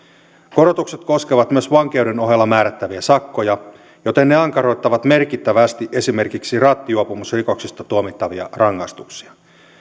korotukset koskevat myös vankeuden ohella määrättäviä sakkoja joten ne ankaroittavat merkittävästi esimerkiksi rattijuopumusrikoksista tuomittavia rangaistuksia